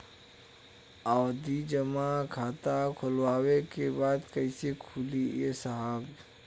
आवर्ती जमा खाता खोलवावे के बा कईसे खुली ए साहब?